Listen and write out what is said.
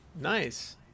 Nice